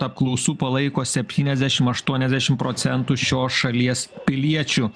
apklausų palaiko septyniasdešim aštuoniasdešim procentų šios šalies piliečių